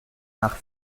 nach